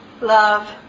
love